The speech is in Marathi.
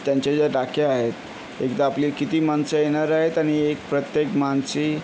त्यांच्या ज्या टाक्या आहेत एकदा आपले किती माणसं येणार आहेत आणि एक प्रत्येक माणशी